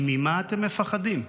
כי ממה אתם מפחדים?